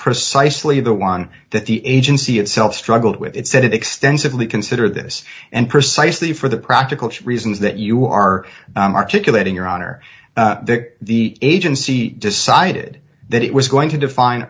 precisely the one that the agency itself struggled with it said it extensively consider this and precisely for the practical reasons that you are articulating your honor the agency decided that it was going to define